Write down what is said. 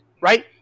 Right